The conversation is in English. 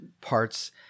parts